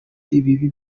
ibibi